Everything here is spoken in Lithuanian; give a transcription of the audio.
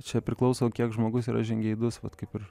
čia priklauso kiek žmogus yra žingeidus vat kaip ir